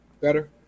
Better